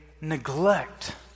neglect